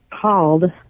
called